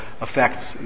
affects